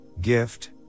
gift